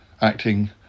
acting